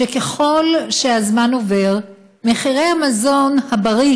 שככל שהזמן עובר מחירי המזון הבריא